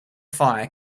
fire